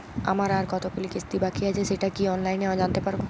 আমার আর কতগুলি কিস্তি বাকী আছে সেটা কি অনলাইনে জানতে পারব?